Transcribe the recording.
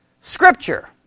Scripture